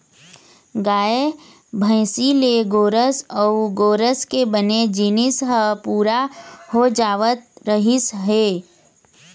गाय, भइसी ले गोरस अउ गोरस के बने जिनिस ह पूरा हो जावत रहिस हे